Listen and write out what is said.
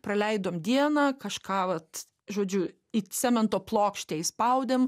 praleidom dieną kažką vat žodžiu į cemento plokštę išspaudėm